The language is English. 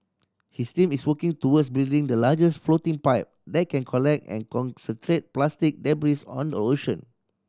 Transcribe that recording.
his team is working towards building the largest floating pipe that can collect and concentrate plastic debris on the ocean